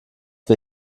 wir